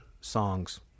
songs